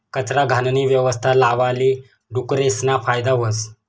कचरा, घाणनी यवस्था लावाले डुकरेसना फायदा व्हस